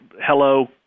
hello